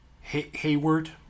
Hayward